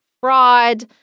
fraud